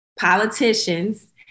politicians